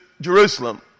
Jerusalem